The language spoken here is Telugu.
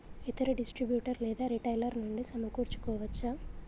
ఇతర డిస్ట్రిబ్యూటర్ లేదా రిటైలర్ నుండి సమకూర్చుకోవచ్చా?